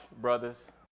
brothers